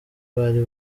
bari